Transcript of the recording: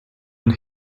want